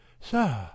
sir